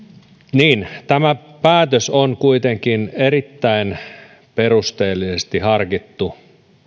tämä päätös on kuitenkin erittäin perusteellisesti harkittu